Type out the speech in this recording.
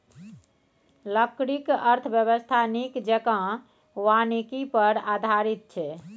लकड़ीक अर्थव्यवस्था नीक जेंका वानिकी पर आधारित छै